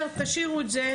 תשאירו את זה